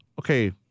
okay